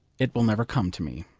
it will never come to me.